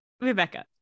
Rebecca